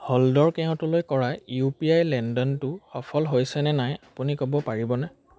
হলধৰ কেওটলৈ কৰা U P I লেনদেনটো সফল হৈছে নে নাই আপুনি ক'ব পাৰিবনে